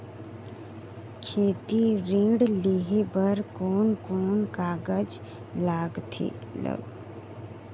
खेती ऋण लेहे बार कोन कोन कागज लगथे?